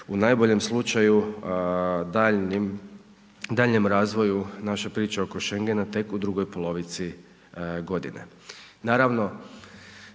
u najboljem slučaju daljnjim, daljnjem razvoju naše priče oko Schengena tek u drugoj polovici godine.